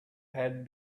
had